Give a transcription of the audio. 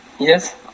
Yes